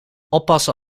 oppassen